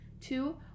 Two